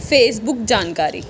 Facebook ਜਾਣਕਾਰੀ